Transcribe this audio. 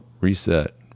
reset